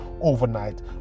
overnight